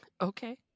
Okay